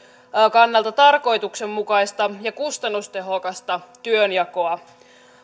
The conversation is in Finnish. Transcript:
kannalta tarkoituksenmukaista ja kustannustehokasta työnjakoa